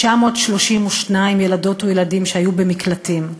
932 ילדות וילדים שהיו במקלטים.